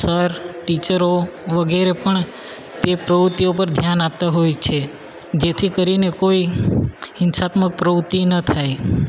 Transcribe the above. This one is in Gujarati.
સર ટીચરો વગેરે પણ તે પ્રવૃત્તિ ઓ પર ધ્યાન આપતા હોય છે જેથી કરીને કોઈ હિંસાત્મક પ્રવૃત્તિ ન થાય